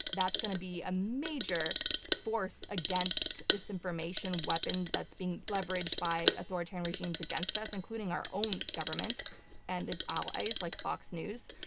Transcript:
that's going to be a major force against this disinformation weapon that's being leveraged by authoritarian regimes against us, including our own government and its allies like fox news.